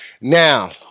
Now